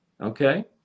okay